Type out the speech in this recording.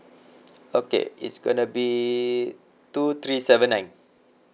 okay it's gonna be two three seven nine